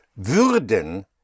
Würden